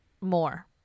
more